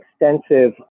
extensive